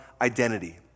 identity